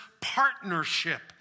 partnership